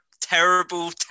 terrible